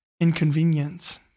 inconvenience